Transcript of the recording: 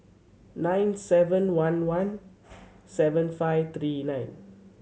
nine seven one one seven five three nine